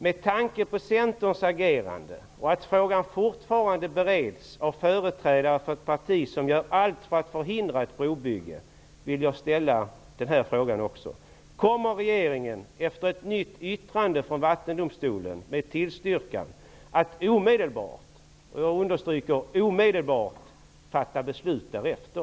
Med tanke på Centerns agerande och på att frågan fortfarande bereds av företrädare för ett parti som gör allt för att förhindra ett brobygge, vill jag också fråga: Kommer regeringen efter ett nytt yttrande från jag betonar: omedelbart -- fatta beslut därefter?